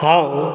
हांव